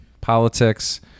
Politics